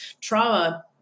trauma